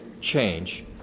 change